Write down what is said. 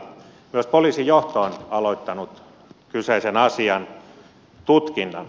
myös poliisijohto on aloittanut kyseisen asian tutkinnan